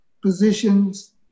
positions